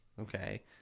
Okay